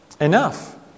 enough